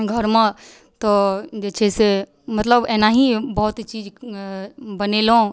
घरमे तऽ जे छै से मतलब एनाही बहुत चीज बनेलहुँ